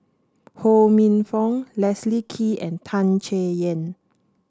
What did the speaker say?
Ho Minfong Leslie Kee and Tan Chay Yan